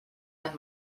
and